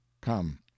Come